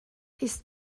ist